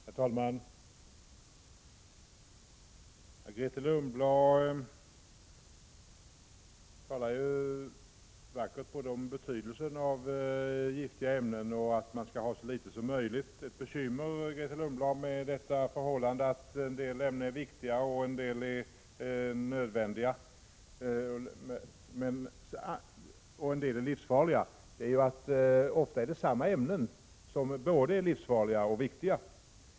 Herr talman! Grethe Lundblad talar vackert både om betydelsen av giftiga ämnen och om att man skall ha så litet som möjligt av dem. En del ämnen är viktiga, en del är nödvändiga och en del är livsfarliga, och det är då ett bekymmer att samma ämnen ofta är både livsfarliga och viktiga.